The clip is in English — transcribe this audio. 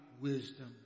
wisdom